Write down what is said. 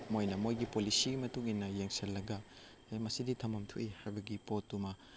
ꯃꯣꯏꯅ ꯃꯣꯏꯒꯤ ꯄꯣꯂꯤꯁꯤꯒꯤ ꯃꯇꯨꯡꯏꯟꯅ ꯌꯦꯡꯁꯤꯜꯂꯒ ꯃꯁꯤꯗꯤ ꯊꯝꯕꯝ ꯊꯣꯛꯏ ꯍꯥꯏꯕꯒꯤ ꯄꯣꯠꯇꯨ ꯑꯃ